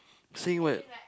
say what